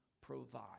provide